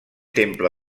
temple